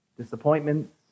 disappointments